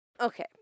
Okay